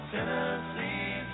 Tennessee